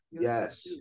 Yes